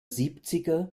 siebziger